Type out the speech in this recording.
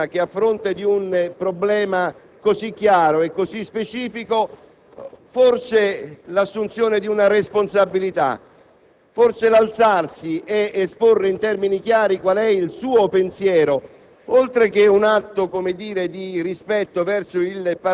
specialmente quando questo momento è raro nell'ambito della discussione e quest'assunzione di responsabilità viene chiesta una sola volta con riferimento ad una norma specifica.